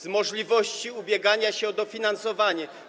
z możliwości ubiegania się o dofinansowanie.